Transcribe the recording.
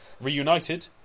reunited